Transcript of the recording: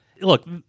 Look